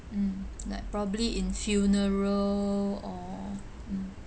mm like probably in funeral or mm